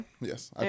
Yes